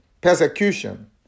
persecution